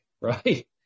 right